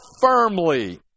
firmly